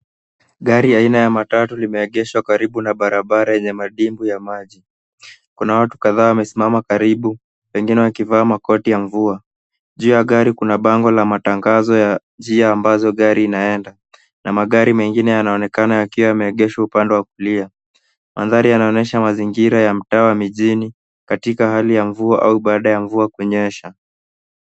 Gari aina ya matatu limeegeshwa karibu na barabara enye madimbwi ya maji. Kuna watu kadhaa wamesimama karibu wengine wakivaa makoti ya mvua. Juu ya gari kuna bango la matangazo ya njia ambazo gari inaenda na magari mengine yanaonekana yakiwa yameegeshwa upande wa kulia. Maandari yanaonyesha mazingira ya mtaa ya mjini katika hali ya mvua au baada ya mvua kunyesha.